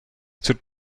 tut